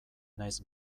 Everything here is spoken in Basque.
naiz